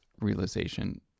realization